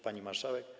Pani Marszałek!